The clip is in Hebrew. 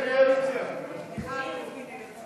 ההסתייגות לחלופין (ז)